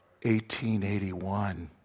1881